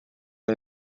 les